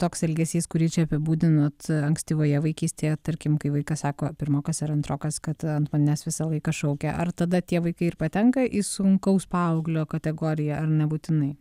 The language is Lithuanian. toks elgesys kurį čia apibūdinot ankstyvoje vaikystėje tarkim kai vaikas sako pirmokas ar antrokas kad ant manęs visą laiką šaukia ar tada tie vaikai ir patenka į sunkaus paauglio kategoriją ar nebūtinai